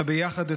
את הביחד,